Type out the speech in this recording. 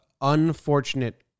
unfortunate